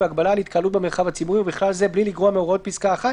והגבלה על התקהלות במרחב הציבורי ובכלל זה בלי לגרוע מהוראות פסקה (1),